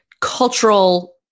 cultural